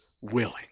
willing